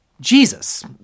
Jesus